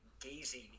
gazing